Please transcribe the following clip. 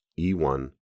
E1